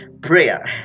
prayer